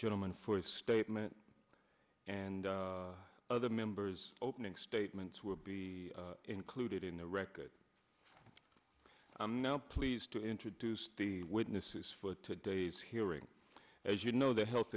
gentleman for his statement and other members opening statements will be included in the record i'm now pleased to introduce the witnesses for today's hearing as you know the health